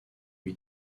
lui